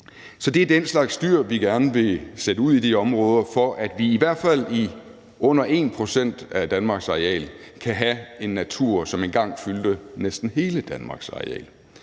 Så det er den slags dyr, vi gerne vil sætte ud i de områder, for at vi i hvert fald på under 1 pct. af Danmarks areal kan have den natur, som engang fyldte næsten hele Danmarks areal.